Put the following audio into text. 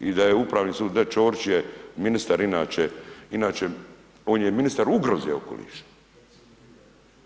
I da je Upravni sud, da Ćorić je ministar inače, inače on je ministar ugroze okoliša,